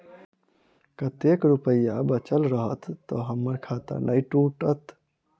कतेक रुपया बचल रहत तऽ हम्मर खाता नै टूटत?